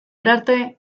arte